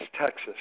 Texas